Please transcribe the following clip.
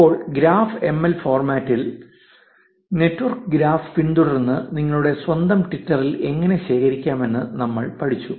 ഇപ്പോൾ graph M L ഫോർമാറ്റിൽ network graph പിന്തുടർന്ന് നിങ്ങളുടെ സ്വന്തം ട്വിറ്റർ എങ്ങനെ ശേഖരിക്കാമെന്ന് നമ്മൾ പഠിച്ചു